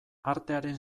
artearen